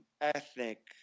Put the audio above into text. ethnic